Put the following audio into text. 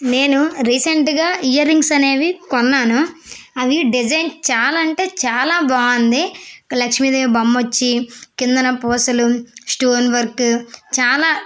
నేను రీసెంట్గా earrings అనేవి కొన్నాను అవి డిజైన్ చాలా అంటే చాలా బాగుంది లక్ష్మీదేవి బొమ్మ వచ్చి కిందన పూసలు స్టోన్ వర్క్ చాలా